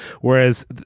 whereas